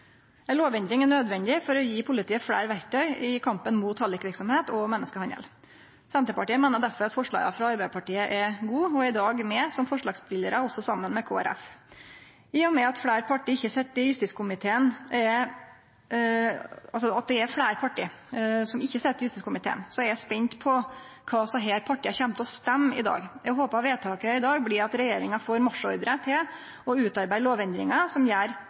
Ei lovendring er nødvendig for å gi politiet fleire verktøy i kampen mot hallikverksemd og menneskehandel. Senterpartiet meiner difor at forslaga frå Arbeidarpartiet er gode, og er i dag med som forslagsstillarar – også saman med Kristeleg Folkeparti. I og med at det er fleire parti som ikkje sit i justiskomiteen, er eg spent på kva desse partia kjem til å stemme i dag. Eg håper vedtaket i dag blir at regjeringa får marsjordre om å utarbeide lovendringar som gjer